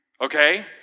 Okay